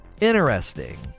Interesting